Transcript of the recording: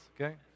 okay